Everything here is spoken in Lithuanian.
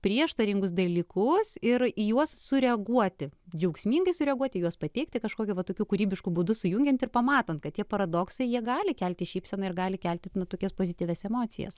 prieštaringus dalykus ir į juos sureaguoti džiaugsmingai sureaguoti į juos pateikti kažkokio tokiu kūrybišku būdu sujungiant ir pamatant kad tie paradoksai jie gali kelti šypseną ir gali kelti na tokias pozityvias emocijas